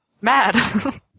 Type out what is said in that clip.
mad